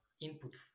input